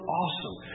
awesome